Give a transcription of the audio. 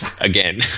Again